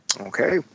Okay